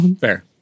Fair